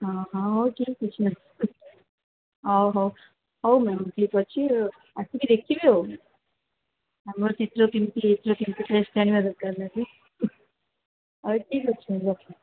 ହଁ ହଁ ହଉ ଠିକ୍ ଅଛି ମ୍ୟାମ୍ ହଉ ହଉ ହଉ ମ୍ୟାମ୍ ଠିକ୍ ଅଛି ଆସିକି ଦେଖିବି ଆଉ ଆମ ଦରକାର ନାହିଁ ହଉ ଠିକ୍ ଅଛି ରହୁଛି